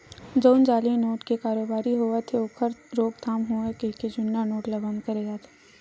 जउन जाली नोट के कारोबारी होवत हे ओखर रोकथाम होवय कहिके जुन्ना नोट ल बंद करे जाथे